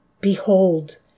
Behold